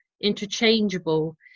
interchangeable